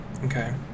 Okay